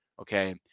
okay